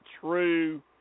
true